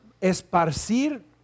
esparcir